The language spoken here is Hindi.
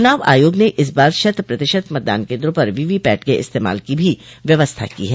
चुनाव आयोग ने इस बार शत प्रतिशत मतदान केन्द्रों पर वीपीपैट के इस्तेमाल की भी व्यवस्था की है